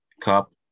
Cup